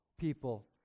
people